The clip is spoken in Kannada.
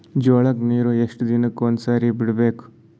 ಜೋಳ ಕ್ಕನೀರು ಎಷ್ಟ್ ದಿನಕ್ಕ ಒಂದ್ಸರಿ ಬಿಡಬೇಕು?